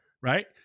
right